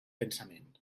pensament